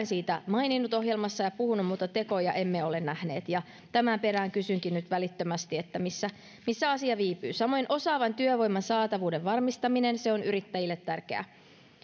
siitä maininnut ohjelmassaan ja puhunut mutta tekoja emme ole nähneet tämän perään kysynkin nyt välittömästi missä missä asia viipyy samoin osaavan työvoiman saatavuuden varmistaminen on yrittäjille tärkeää